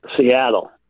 Seattle